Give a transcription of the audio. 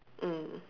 mm